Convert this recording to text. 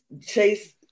Chase